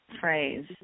phrase